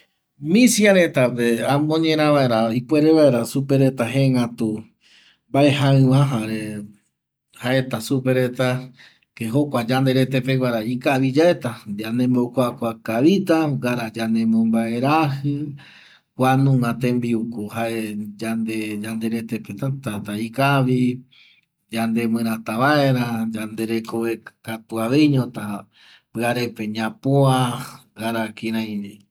Misiaretape amoñera vaera ipuere vaera supe reta jengatu mbae jaƚva jare jaeta supe reta ke jokua yande rete peguara ikaviyaeta yande mbokuakua kavita ngara yande mombaerajƚ kua nunga tembiuko jae yande retepe täta ikavi ñanepƚrata vaera yanderekove katu aveiñota pƚarepe ñapua ngara kirai